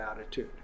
attitude